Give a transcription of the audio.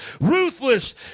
ruthless